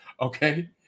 Okay